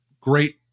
great